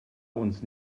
uns